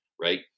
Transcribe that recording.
Right